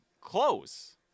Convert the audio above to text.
close